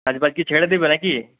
কাজ বাজ কি ছেড়ে দেবে না কি